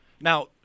Now